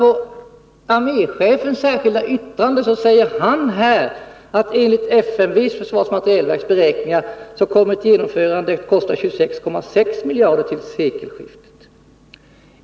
Men arméchefen säger i sitt särskilda yttrande att ett genomförande enligt FMV:s — försvarets materielverks — beräkningar kommer att kosta 26,6 miljarder till sekelskiftet.